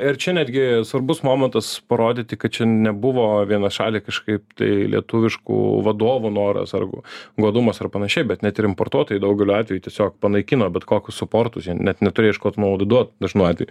ir čia netgi svarbus momentas parodyti kad čia nebuvo vienašalė kažkaip tai lietuviškų vadovų noras ar gu godumas ar panašiai bet net ir importuotojai daugeliu atvejų tiesiog panaikino bet kokius suportus jie net neturėjo iš ko to mum atiduot dažnu atveju